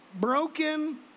broken